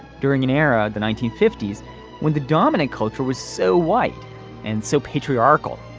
during an era. the nineteen fifty s when the dominant culture was so white and so patriarchal.